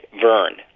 Vern